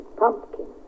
pumpkin